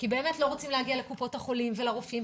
כי לא רוצים להגיע לקופות החולים ולרופאים,